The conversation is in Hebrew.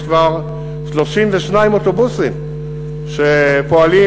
היום יש כבר 32 אוטובוסים שפועלים,